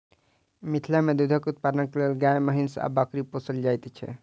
मिथिला मे दूधक उत्पादनक लेल गाय, महीँस आ बकरी पोसल जाइत छै